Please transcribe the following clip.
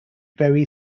very